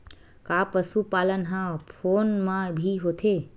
का पशुपालन ह फोन म भी होथे?